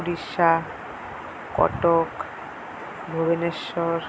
Orissa Cuttack Bhubaneswar